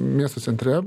miesto centre